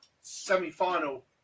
Semi-final